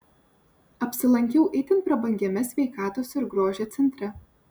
apsilankiau itin prabangiame sveikatos ir grožio centre